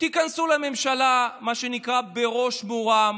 תיכנסו לממשלה, מה שנקרא, בראש מורם,